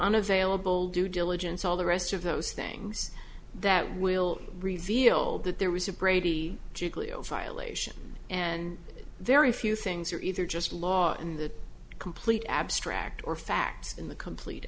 unavailable due diligence all the rest of those things that will reveal that there was a brady giglio violation and very few things are either just law in the complete abstract or fact in the complete